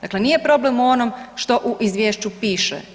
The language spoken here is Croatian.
Dakle nije problem u onom što u Izvješću piše.